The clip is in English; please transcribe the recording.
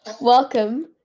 welcome